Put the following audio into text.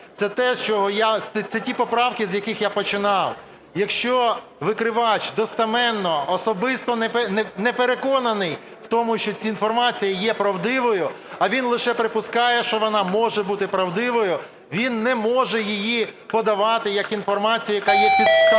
Це ті поправки, з яких я починав. Якщо викривач достеменно особисто не переконаний в тому, що інформація є правдивою, а він лише припускає, що вона може бути правдивою, він не може її подавати як інформацію, яка є підставою